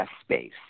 space